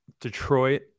Detroit